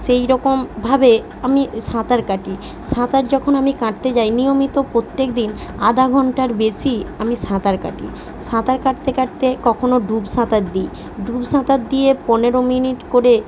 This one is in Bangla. সেইরকম ভাবে আমি সাঁতার কাটি সাঁতার যখন আমি কাটতে যাই নিয়মিত প্রত্যেক দিন আধা ঘন্টার বেশি আমি সাঁতার কাটি সাঁতার কাটতে কাটতে কখনো ডুব সাঁতার দি ডুব সাঁতার দিয়ে পনেরো মিনিট করে